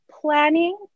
planning